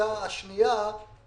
בשמיטה השנייה שלי